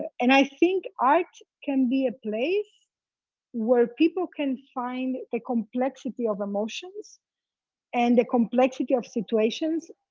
and i think art can be a place where people can find the complexity of emotions and the complexity of situations.